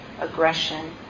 aggression